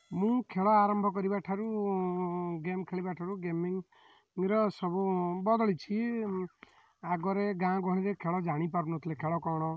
ମୁଁ ଖେଳ ଆରମ୍ଭ କରିବାଠାରୁ ଗେମ୍ ଖେଳିବାଠାରୁ ଗେମିଂ ର ସବୁ ବଦଳିଛି ଆଗରେ ଗାଁ ଗହଳିରେ ଖେଳ ଜାଣିପାରୁନଥିଲେ ଖେଳ କ'ଣ